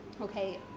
okay